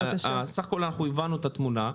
סך הכול אנחנו הבנו את התמונה.